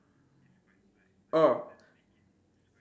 oh